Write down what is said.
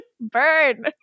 Burn